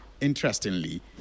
interestingly